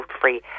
free